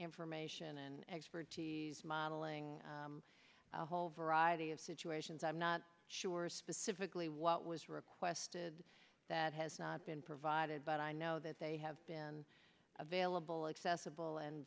information and expertise modeling a whole variety of situations i'm not sure specifically what was requested that has not been provided but i know that they have been available accessible and